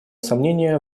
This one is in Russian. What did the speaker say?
сомнения